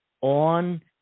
on